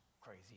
crazy